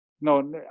no